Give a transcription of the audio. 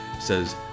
says